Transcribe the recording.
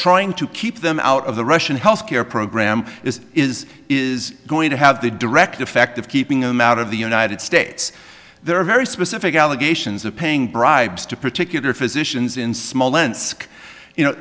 trying to keep them out of the russian health care program is is is going to have the direct effect of keeping them out of the united states there are very specific allegations of paying bribes to particular physicians in smolensk you know